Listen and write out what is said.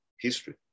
history